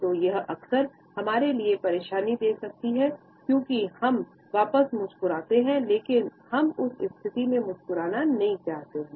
तो यह अक्सर हमारे लिए परेशानी दे सकती है क्योंकि हम वापस मुस्कुराते है लेकिन हम उस स्थिति में मुस्कुराना नहीं चाहते है